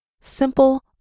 simple